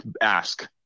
ask